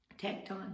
tecton